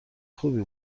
خوبی